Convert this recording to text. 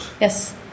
Yes